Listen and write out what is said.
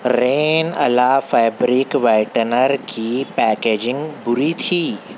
رین آلا fabric whitener کی packaging بری تھی